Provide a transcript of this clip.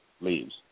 leaves